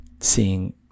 seeing